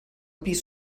pis